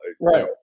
Right